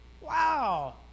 Wow